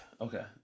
Okay